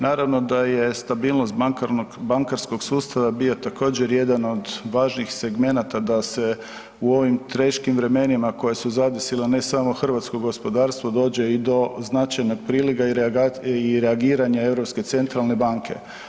Naravno da je stabilnost bankarnog, bankarskog sustava bio također jedan od važnijih segmenata da se u ovim teškim vremenima koja su zadesila ne samo hrvatsko gospodarstvo, dođe i do značajnog priliga i reagiranja Europske centralne banke.